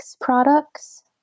products